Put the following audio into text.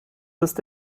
ist